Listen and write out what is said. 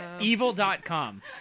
evil.com